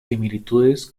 similitudes